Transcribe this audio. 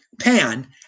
Pan